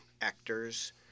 actors